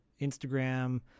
Instagram